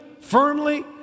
firmly